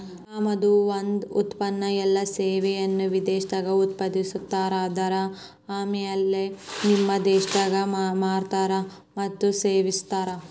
ಆಮದು ಒಂದ ಉತ್ಪನ್ನ ಎಲ್ಲಾ ಸೇವೆಯನ್ನ ವಿದೇಶದಾಗ್ ಉತ್ಪಾದಿಸ್ತಾರ ಆದರ ಆಮ್ಯಾಲೆ ನಿಮ್ಮ ದೇಶದಾಗ್ ಮಾರ್ತಾರ್ ಮತ್ತ ಸೇವಿಸ್ತಾರ್